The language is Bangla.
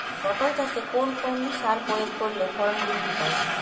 পটল চাষে কোন কোন সার প্রয়োগ করলে ফলন বৃদ্ধি পায়?